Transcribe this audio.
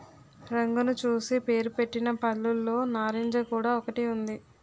రంగును చూసి పేరుపెట్టిన పళ్ళులో నారింజ కూడా ఒకటి ఉంది